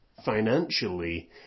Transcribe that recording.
financially